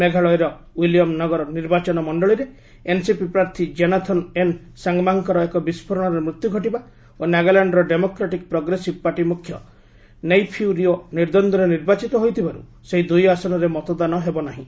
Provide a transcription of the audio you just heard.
ମେଘାଳୟର ୱିଲିୟମ୍ନଗର ନିର୍ବାଚନ ମଣ୍ଡଳିରେ ଏନ୍ସିପି ପ୍ରାର୍ଥୀ କ୍ଷେନାଥନ ଏନ୍ ସାଙ୍ଗମାଙ୍କର ଏକ ବିସ୍ଫୋରଣରେ ମୃତ୍ୟୁ ଘଟିବା ଓ ନାଗାଲ୍ୟାଣ୍ଡର ଡେମୋକ୍ରାଟିକ୍ ପ୍ରୋଗ୍ରେସିଭ୍ ପାର୍ଟି ମୁଖ୍ୟ ନେଇଫିଉ ରିଓ ନିର୍ଦ୍ଦନ୍ଦୁରେ ନିର୍ବାଚିତ ହୋଇଥିବାରୁ ସେହି ଦୁଇ ଆସନରେ ମତଦାନ ହେବ ନାହିଁ